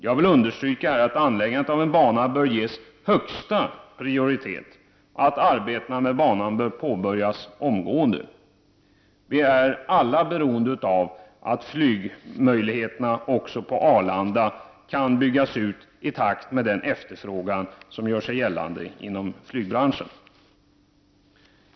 Jag vill understryka att anläggandet av en bana bör ges högsta prioritet och att arbetena med banan bör påbörjas omgående. Vi är alla beroende av att flygmöjligheterna på Arlanda kan byggas ut i takt med den efterfrågan som gör sig gällande inom flygbranschen. Herr talman!